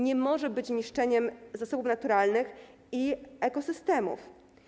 Nie może być niszczeniem zasobów naturalnych i ekosystemów.